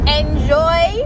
enjoy